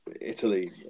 Italy